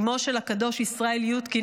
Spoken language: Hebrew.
אימו של הקדוש ישראל יודקין,